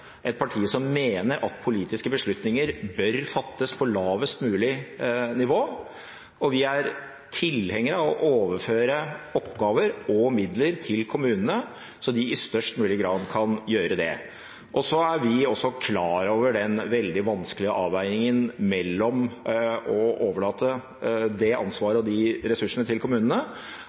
et parti som mener at politiske beslutninger bør fattes på lavest mulig nivå, og vi er tilhengere av å overføre oppgaver og midler til kommunene, slik at de i størst mulig grad kan gjøre det. Så er vi også klar over den veldig vanskelige avveiningen mellom å overlate det ansvaret og de ressursene til kommunene